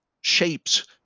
shapes